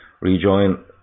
Rejoin